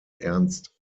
ernst